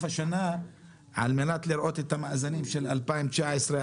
השנה על מנת לראות את המאזנים של 2019,